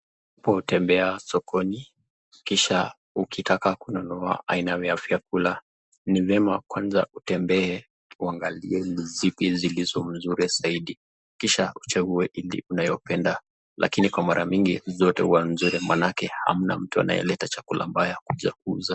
Unapotembea sokoni, kisha ukitaka kununua aina ya vyakula ni vyema kwanza utembee uangalie ni zipi zilizo nzuri zaidi, kisha uchague ile unayo penda lakini kwa mara mingi zote hua mzuri maanake hamna mtu anayeleta chakula mbaya ya kuuza.